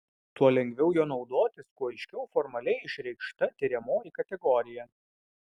tuo lengviau juo naudotis kuo aiškiau formaliai išreikšta tiriamoji kategorija